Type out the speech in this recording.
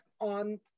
on